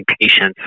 patients